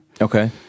Okay